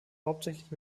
hauptsächlich